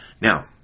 now